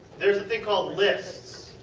there is a thing called lists.